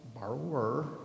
borrower